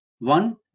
one